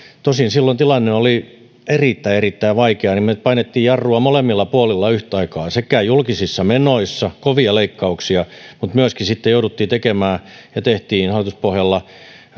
tosin silloin tilanne oli erittäin erittäin vaikea niin me painoimme jarrua molemmilla puolilla yhtä aikaa sekä julkisissa menoissa kovia leikkauksia mutta myöskin sitten jouduimme tekemään ja teimme hallituspohjalla